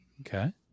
Okay